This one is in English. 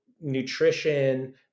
nutrition